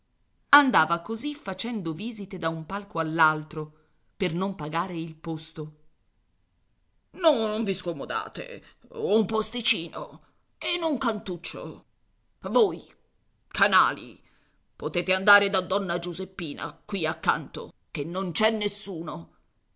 andava così facendo visite da un palco all'altro per non pagare il posto non vi scomodate un posticino in un cantuccio voi canali potete andare da donna giuseppina qui accanto che non c'è nessuno